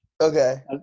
Okay